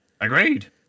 Agreed